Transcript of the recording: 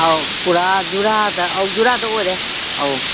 ꯑꯧ ꯄꯨꯔꯥ ꯖꯨꯔꯥꯗ ꯑꯧ ꯖꯨꯔꯥꯗ ꯑꯣꯏꯔꯦ ꯑꯧ